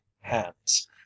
hands